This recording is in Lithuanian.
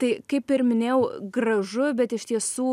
tai kaip ir minėjau gražu bet iš tiesų